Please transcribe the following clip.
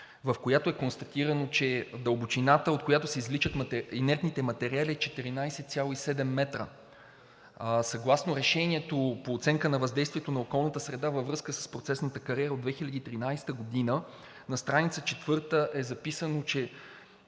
в която е констатирано, че дълбочината, от която се извличат инертните материали, е 14,7 м. Съгласно решението по оценка на въздействието на околната среда във връзка с процесната кариера от 2013 г. на страница четвърта е записано, че